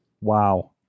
Wow